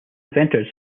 inventors